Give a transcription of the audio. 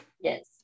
Yes